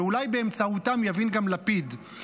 ואולי באמצעותם יבין גם לפיד,